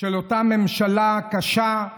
של אותה ממשלה קשה,